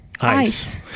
ice